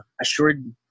assured